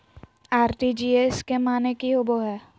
RTGS के माने की होबो है?